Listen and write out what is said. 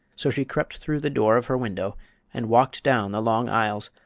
so she crept through the door of her window and walked down the long aisles,